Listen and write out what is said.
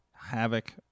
Havoc